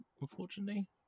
unfortunately